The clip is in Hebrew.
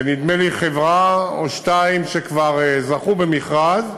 נדמה לי שחברה או שתיים שכבר זכו במכרז,